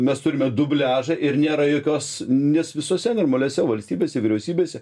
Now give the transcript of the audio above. mes turime dubliažą ir nėra jokios nes visose normaliose valstybėse vyriausybėse